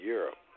Europe